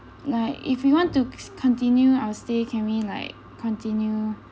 like if we want to s~ continue our stay can we like continue